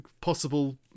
possible